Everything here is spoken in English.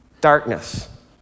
Darkness